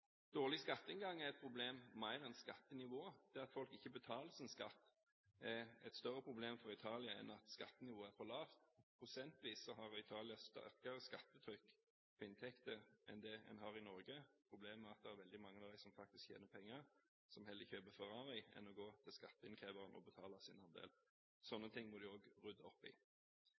at folk ikke betaler sin skatt, er et større problem for Italia enn at skattenivået er for lavt. Prosentvis har Italia sterkere skattetrykk på inntekter enn det en har i Norge. Problemet er bare at det er veldig mange av dem som faktisk tjener penger, som heller kjøper Ferrari enn å gå til skatteinnkreveren for å betale sin andel. Slike ting må de også rydde opp i.